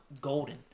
golden